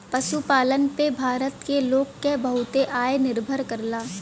पशुपालन पे भारत के लोग क बहुते आय निर्भर करला